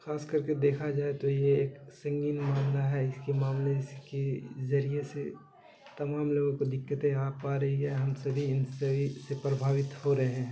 خاص کر کے دیکھا جائے تو یہ ایک سنگین معاملہ ہے اس کے معاملے اس کی ذریعے سے تمام لوگوں کو دقتیں آ پا رہی ہے ہم سبھی ان سے پربھاوت ہو رہے ہیں